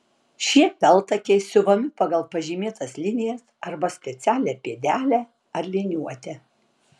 šie peltakiai siuvami pagal pažymėtas linijas arba specialią pėdelę ar liniuotę